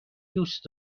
دوست